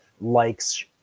likes